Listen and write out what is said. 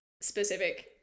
specific